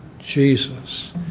Jesus